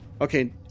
Okay